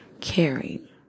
caring